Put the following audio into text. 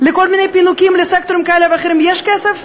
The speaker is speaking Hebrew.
לכל מיני פינוקים לסקטורים כאלה ואחרים יש כסף,